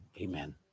amen